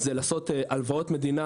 זה לעשות הלוואות מדינה